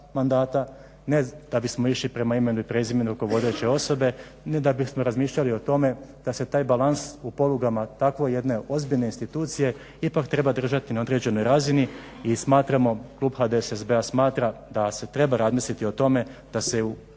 ne da bismo išli prema imenu i prezimenu rukovodeće osobe, ni da bismo razmišljali o tome da se taj balans u polugama tako jedne ozbiljne institucije ipak treba držati na određenoj razini. I smatramo, klub HDSSB-a smatra, da se treba razmisliti o tome da se možda